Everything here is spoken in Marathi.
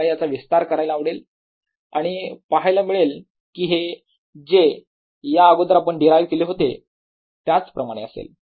मला याचा विस्तार करायला आवडेल आणि पहायला मिळेल की हे जे या अगोदर आपण डीरायव केले होते त्याच प्रमाणे असेल